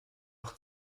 auch